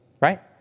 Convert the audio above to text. Right